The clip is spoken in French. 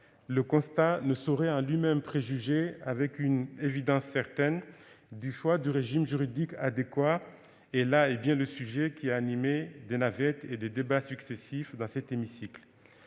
Le constat ne saurait en lui-même permettre de préjuger avec une évidence certaine du choix du régime juridique adéquat. Là est bien le sujet qui a animé les navettes et les débats successifs dans cet hémicycle.